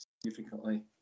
significantly